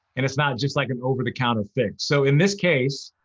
and it's not just like an over-the-counter thing. so in this case,